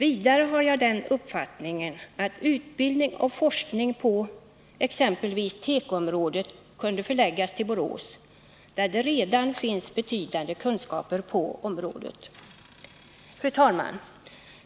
Vidare har jag den uppfattningen att utbildning och forskning exempelvis på tekoområdet kunde förläggas till Borås där det redan finns betydande kunskaper på området. Fru talman!